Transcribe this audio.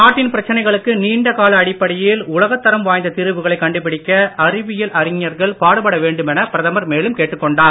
நாட்டின் பிரச்சனைகளுக்கு நீண்ட கால அடிப்படையில் உலகத்தரம் வாய்ந்த தீர்வுகளை கண்டுபிடிக்க அறிவியல் அறிஞர்கள் பாடுபட வேண்டுமென பிரதமர் மேலும் கேட்டுக்கொண்டார்